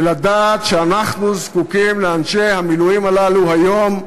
ולדעת שאנחנו זקוקים לאנשי המילואים הללו היום,